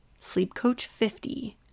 SleepCoach50